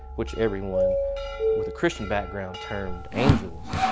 which everyone with a christian background termed angels.